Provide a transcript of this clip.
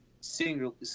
single